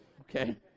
Okay